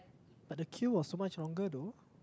but the queue was so much longer though